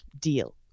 deal